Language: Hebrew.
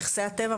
נכסי הטבע,